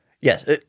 yes